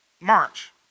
March